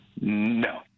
No